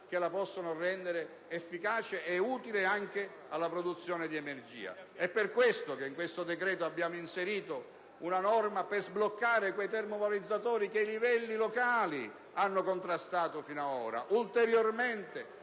che la possono rendere efficace, e utile anche per la produzione di energia. È per questo che in questo decreto-legge abbiamo inserito una norma per sbloccare quei termovalorizzatori che i livelli locali hanno contrastato fino ad ora. Si è resa